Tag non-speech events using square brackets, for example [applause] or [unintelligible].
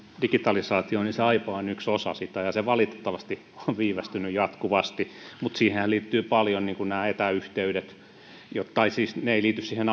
digitalisaatioon se aipa on yksi osa sitä ja se valitettavasti on viivästynyt jatkuvasti mutta siihenhän liittyy paljon niin kuin nämä etäyhteydet tai siis nämä etäyhteydet eivät liity siihen [unintelligible]